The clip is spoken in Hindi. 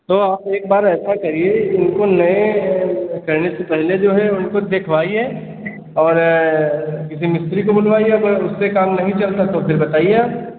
तो आप एक बार ऐसा करिए इनको नए करने से पहले जो है इनको देखवाइए और किसी मिस्त्री को बुलवाइए अगर उससे काम नहीं चलता तो फिर बताइए आप